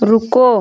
रुको